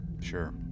Sure